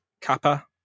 Kappa